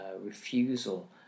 refusal